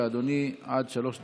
לאדוני עד שלוש דקות.